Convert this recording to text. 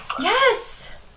Yes